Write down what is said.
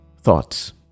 thoughts